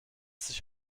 sich